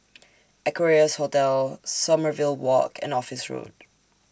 Equarius Hotel Sommerville Walk and Office Road